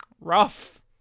rough